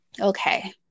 Okay